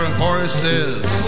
horses